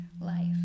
life